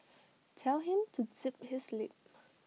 tell him to zip his lip